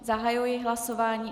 Zahajuji hlasování.